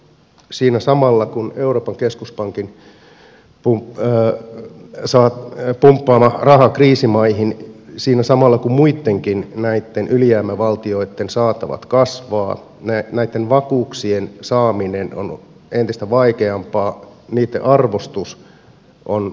siinä samalla kun euroopan keskuspankki pumppaa rahaa kriisimaihin ja kun muittenkin näitten ylijäämävaltioitten saatavat kasvavat ja näitten vakuuksien saaminen on entistä vaikeampaa mitä arvostus on